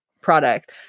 product